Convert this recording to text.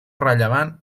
rellevant